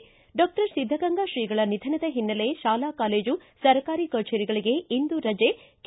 ಿ ಡಾಕ್ಷರ್ ಸಿದ್ದಗಂಗಾ ತ್ರೀಗಳ ನಿಧನದ ಹಿನ್ನೆಲೆ ಶಾಲಾ ಕಾಲೇಜು ಸರ್ಕಾರಿ ಕಚೇರಿಗಳಿಗೆ ಇಂದು ರಜೆ ಕೆ